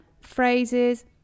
phrases